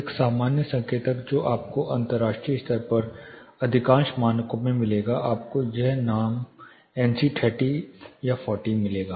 एक सामान्य संकेतक जो आपको अंतरराष्ट्रीय स्तर पर अधिकांश मानकों में मिलेगा आपको यह नाम एनसी 30 40 मिलेगा